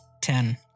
Ten